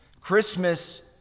Christmas